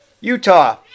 Utah